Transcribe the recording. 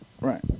Right